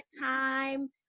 time